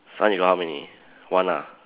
sun you got how many one ah